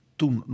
toen